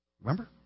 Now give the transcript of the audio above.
Remember